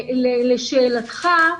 לשאלתך,